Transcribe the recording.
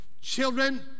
Children